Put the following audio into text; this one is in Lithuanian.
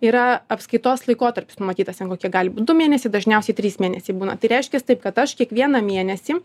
yra apskaitos laikotarpis numatytas ten kokie gali būt du mėnesiai dažniausiai trys mėnesiai būna tai reiškias taip kad aš kiekvieną mėnesį